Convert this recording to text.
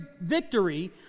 victory